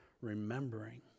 remembering